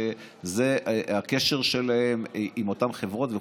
שזה הקשר שלה עם אותן חברות.